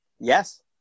Yes